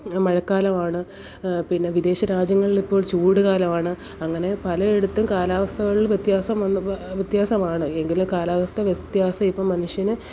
മഴക്കാലമാണ് പിന്നെ വിദേശ രാജ്യങ്ങളിൽ ഇപ്പോൾ ചൂടു കാലമാണ് അങ്ങനെ പലയിടത്തും കാലാവസ്ഥകൾ വ്യത്യാസം വന്നപ്പോൾ വ്യത്യാസമാണ് എങ്കിലും കാലാവസ്ഥ വ്യത്യാസം ഇപ്പോൾ മനുഷ്യന്